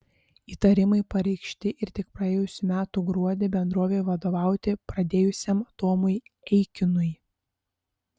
įtarimai pareikšti ir tik praėjusių metų gruodį bendrovei vadovauti pradėjusiam tomui eikinui